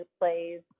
plays